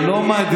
זה לא מדהים.